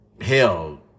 hell